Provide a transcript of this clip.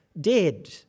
dead